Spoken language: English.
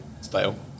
style